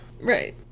Right